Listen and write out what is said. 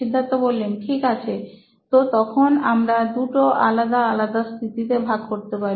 সিদ্ধার্থ ঠিক আছে তো তখন আমরা দুটি আলাদা আলাদা স্থিতিতে তা ভাগ করতে পারি